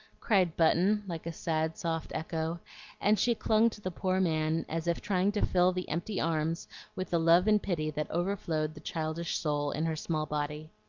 cried button, like a sad, soft echo and she clung to the poor man as if trying to fill the empty arms with the love and pity that over-flowed the childish soul in her small body.